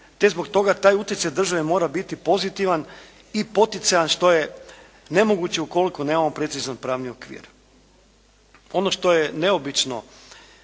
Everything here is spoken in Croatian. te zbog toga taj utjecaj države mora biti pozitivan i poticajan što je nemoguće ukoliko nemam precizan pravni okvir. Ono što je neobično,